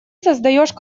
создаешь